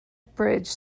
bridge